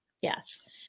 yes